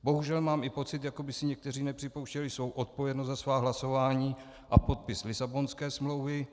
Bohužel mám i pocit, jako by si někteří nepřipouštěli svou odpovědnost za svá hlasování a podpis Lisabonské smlouvy.